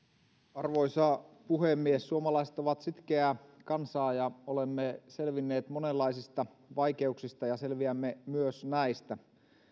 arvoisa puhemies suomalaiset ovat sitkeää kansaa ja olemme selvinneet monenlaisista vaikeuksista ja selviämme myös näistä